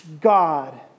God